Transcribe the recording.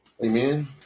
Amen